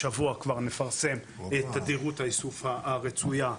השבוע כבר נפרסם את תדירות האיסוף הרצויה,